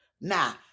now